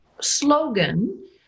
slogan